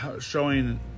showing